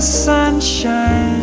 sunshine